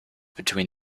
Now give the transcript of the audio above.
between